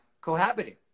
cohabiting